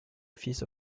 office